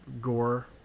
gore